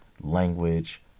language